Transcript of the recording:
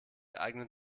eignen